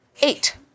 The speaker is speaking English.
Eight